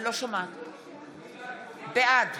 בעד